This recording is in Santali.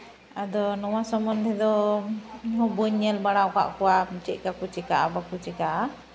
ᱟᱫᱚ ᱱᱚᱣᱟ ᱥᱚᱢᱚᱱᱫᱷᱮ ᱫᱚ ᱤᱧᱦᱚᱸ ᱵᱟᱹᱧ ᱧᱮᱞ ᱵᱟᱲᱟ ᱟᱠᱟᱫ ᱠᱚᱣᱟ ᱪᱮᱫ ᱞᱮᱠᱟ ᱠᱚ ᱪᱤᱠᱟᱹᱜᱼᱟ ᱵᱟᱠᱚ ᱪᱤᱠᱟᱹᱜᱼᱟ